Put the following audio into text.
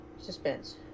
suspense